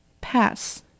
Pass